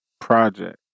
project